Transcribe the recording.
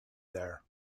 there